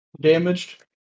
Damaged